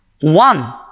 one